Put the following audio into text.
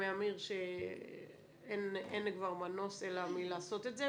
מאמיר שאין כבר מנוס אלא מלעשות את זה,